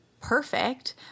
perfect